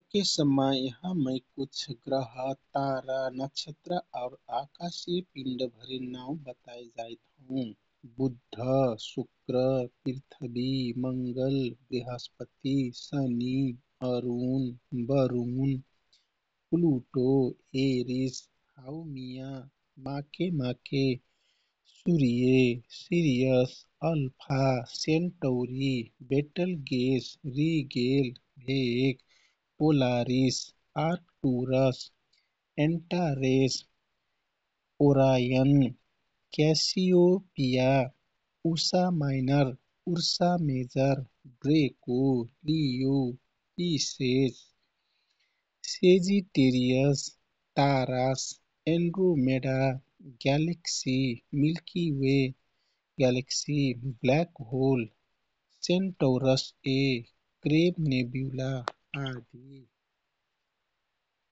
सकेसम्म यहाँ मै कुछ ग्रह, तारा, नक्षत्र आउ आकाशीय पिण्ड भरिन नाउ बताइ जाइत हुँ। बुध, शुक्र, पृथ्वी, मंगल, बृहष्पति, शनि, अरून, वरून, Pluto, Eris, Haumea, Makemake, सूर्य, Sirius, Alpha Centauri, Betelgeuse, Rigel, Vega, Polaris, Arcturus, Antares, Orion, Cassiopeia, Ursa Minor, Ursa Major, Draco, Leo, Pisces, Sagittarius, Taurus, Andromeda galaxy, Milky Way galaxy, black hole, Centaurus A, Crab nebula आदि।